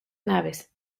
naves